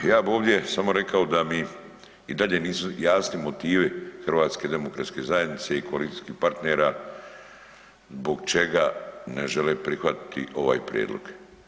Ja bi ovdje samo rekao da mi dalje nisu jasni motivi HDZ-a i koalicijskih partnera zbog čega ne žele prihvatiti ovaj prijedlog.